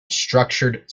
structured